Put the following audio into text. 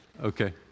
okay